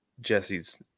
Jesse's